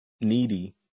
needy